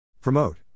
Promote